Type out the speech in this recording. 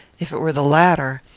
if it were the latter,